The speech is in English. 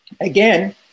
again